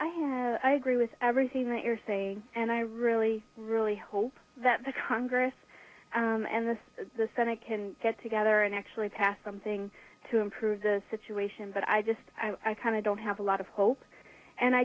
i have i agree with everything that you're saying and i really really hope that the congress and the the senate can get together and actually pass something to improve the situation but i just i kind of don't have a lot of